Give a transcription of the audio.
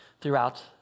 throughout